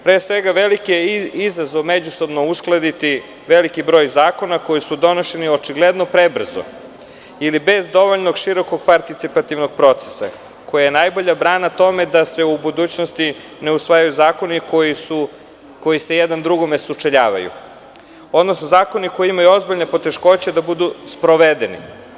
Pre svega, veliki je izazov međusobno uskladiti veliki broj zakona koji su donošeni očigledno prebrzo ili bez dovoljno širokog participativnog procesa, koji je najbolja brana tome da se u budućnosti ne usvaju zakoni koji se jedan drugome sučeljavaju, odnosno zakoni koji imaju ozbiljne poteškoće da budu sprovedeni.